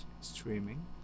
streaming